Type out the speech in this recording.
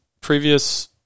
previous